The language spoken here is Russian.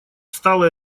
стало